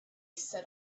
set